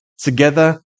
together